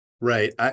Right